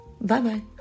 Bye-bye